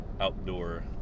outdoor